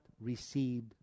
received